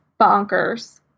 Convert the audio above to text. bonkers